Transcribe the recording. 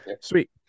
Sweet